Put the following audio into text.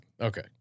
Okay